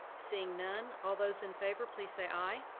seeing none, all those in favor, please say aye.